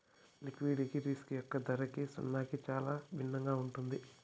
liquidity risk యొక్క ధరకి సున్నాకి చాలా భిన్నంగా ఉంటుంది